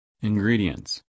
Ingredients